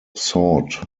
sought